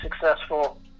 successful